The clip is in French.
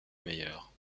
meilleure